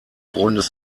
freundes